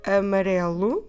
amarelo